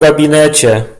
gabinecie